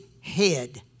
Head